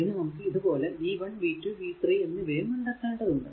ഇനി നമുക്ക് ഇത് പോലെ v 1 v 2 v 3 എന്നിവയും കണ്ടെത്തേണ്ടതുണ്ട്